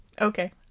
okay